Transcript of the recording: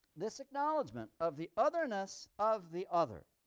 this acknowledgment of the otherness of the other,